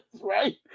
Right